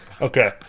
Okay